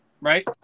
Right